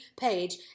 page